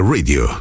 Radio